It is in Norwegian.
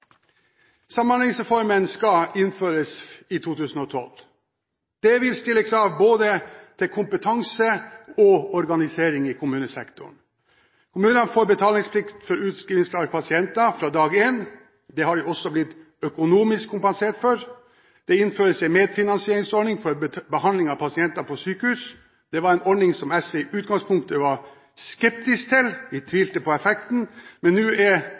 Samhandlingsreformen skal innføres i 2012. Det vil stille krav til både kompetanse og organisering i kommunesektoren. Kommunene får betalingsplikt for utskrivingsklare pasienter fra dag én. Det har de også blitt økonomisk kompensert for. Det innføres en medfinansieringsordning for behandling av pasienter på sykehus. Det var en ordning som SV i utgangspunktet var skeptisk til, vi tvilte på effekten. Nå er